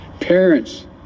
Parents